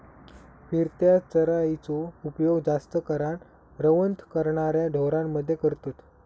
फिरत्या चराइचो उपयोग जास्त करान रवंथ करणाऱ्या ढोरांमध्ये करतत